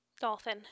Dolphin